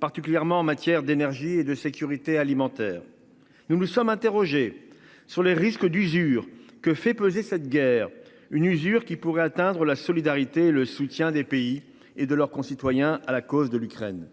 particulièrement en matière d'énergie et de sécurité alimentaire. Nous nous sommes interrogé sur les risques d'usure que fait peser cette guerre une usure qui pourrait atteindre la solidarité et le soutien des pays et de leurs concitoyens à la cause de l'Ukraine.